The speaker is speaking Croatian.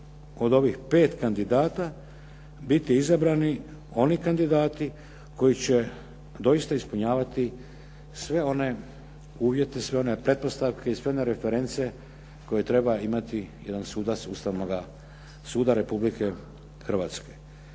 od ovih 5 kandidata biti izabrani oni kandidati koji će doista ispunjavati sve one uvjete, sve one pretpostavke i sve one reference koje treba imati jedan sudac Ustavnoga suda Republike Hrvatske.